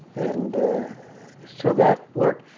and so that worked.